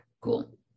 cool